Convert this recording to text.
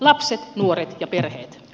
lapset nuoret ja perheet